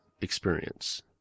experience